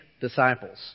disciples